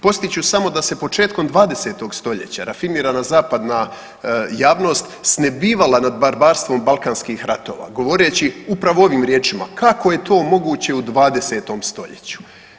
Podsjetit ću samo da se početkom 20. stoljeća rafinirana zapadna javnost snebivala nad barbarstvom balkanskih ratova, govoreći upravo ovim riječima, kako je to moguće u 20. stoljeću.